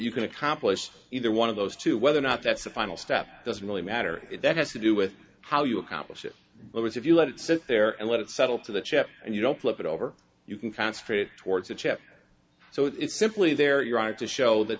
you can accomplish either one of those two whether or not that's the final step doesn't really matter it has to do with how you accomplish it was if you let it sit there and let it settle to the chip and you don't flip it over you can concentrate towards a chip so it's simply there you are to show that